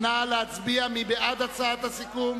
נא להצביע, מי בעד הצעת הסיכום?